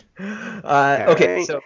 okay